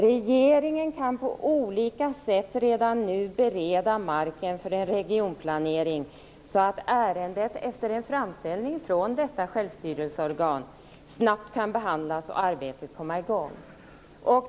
Regeringen kan på olika sätt redan nu bereda marken för en regionplanering, så att ärendet efter en framställning från detta självstyrelseorgan snabbt kan behandlas och arbetet komma i gång.